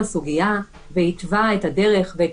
נתן את דעתו לסוגיה והתווה את הדרך ואת